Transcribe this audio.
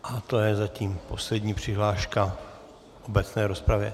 A to je zatím poslední přihláška v obecné rozpravě.